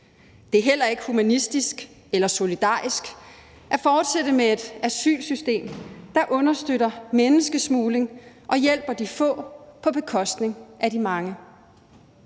Det er heller ikke humanistisk eller solidarisk at fortsætte med et asylsystem, der understøtter menneskesmugling og hjælper de få på bekostning af de mange.